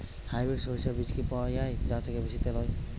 Hybrid শরিষা বীজ কি পাওয়া য়ায় যা থেকে বেশি তেল হয়?